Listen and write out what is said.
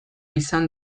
izan